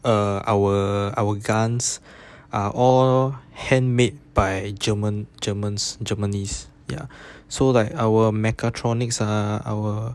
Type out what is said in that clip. err our our guns are all handmade by german germans germany's ya so like our mechatronics ha our